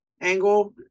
angle